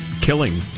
killing